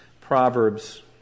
Proverbs